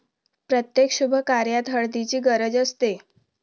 प्रत्येक शुभकार्यात हळदीची गरज असते